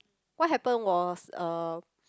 what happened was uh